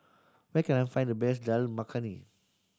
where can I find the best Dal Makhani